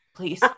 Please